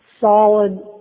solid